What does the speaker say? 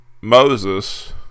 Moses